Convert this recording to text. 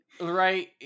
Right